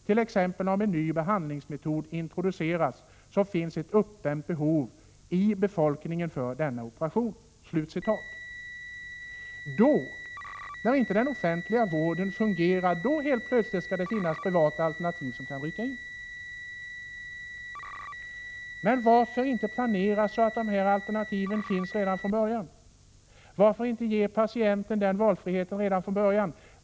T. ex. om en ny behandlingsmetod introduceras så finns det ett uppdämt behov i befolkningen för denna operation.” När inte den offentliga vården fungerar skall det alltså helt plötsligt finnas privata alternativ som kan rycka in. Varför inte planera så att dessa alternativ finns redan från början? Varför inte redan från början ge patienten denna valfrihet?